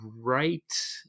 right